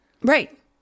Right